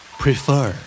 prefer